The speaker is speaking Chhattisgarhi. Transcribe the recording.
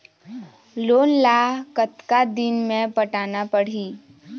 लोन ला कतका दिन मे पटाना पड़ही?